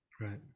right